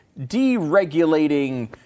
deregulating